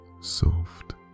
soft